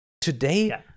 Today